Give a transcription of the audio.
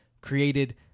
created